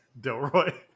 Delroy